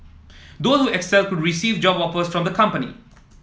those who excel could receive job offers from the companies